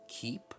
keep